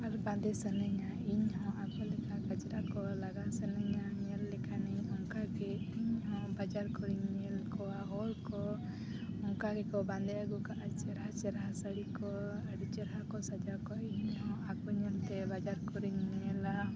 ᱟᱨ ᱵᱟᱸᱰᱮ ᱥᱟᱱᱟᱧᱟ ᱤᱧ ᱦᱚᱸ ᱟᱠᱚ ᱞᱮᱠᱟ ᱠᱟᱡᱽᱨᱟ ᱠᱚ ᱞᱟᱜᱟᱣ ᱥᱟᱹᱱᱟᱹᱧᱟ ᱧᱮᱞ ᱞᱮᱠᱷᱟᱱᱤᱧ ᱚᱱᱠᱟᱜᱮ ᱤᱧᱦᱚᱸ ᱵᱟᱡᱟᱨ ᱠᱚᱨᱤᱧ ᱧᱮᱞ ᱠᱚᱣᱟ ᱦᱚᱲᱠᱚ ᱚᱱᱠᱟ ᱜᱮᱠᱚ ᱵᱟᱸᱫᱮ ᱟᱹᱜᱩ ᱠᱟᱜᱼᱟ ᱪᱮᱨᱦᱟ ᱪᱮᱨᱦᱟ ᱥᱟᱹᱲᱤ ᱠᱚ ᱟᱹᱰᱤ ᱪᱮᱨᱦᱟ ᱠᱚ ᱥᱟᱡᱟᱣ ᱠᱚᱜᱼᱟ ᱤᱧ ᱦᱚᱸ ᱟᱠᱚ ᱧᱮᱞᱛᱮ ᱵᱟᱡᱟᱨ ᱠᱚᱨᱤᱧ ᱧᱮᱞᱟ